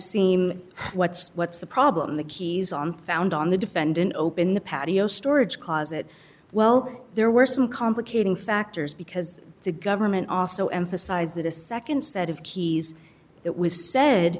seem what's what's the problem the keys on found on the defendant open the patio storage closet well there were some complicating factors because the government also emphasized that a second set of keys that was said